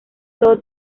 todo